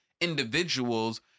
individuals